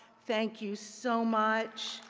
thank you so much.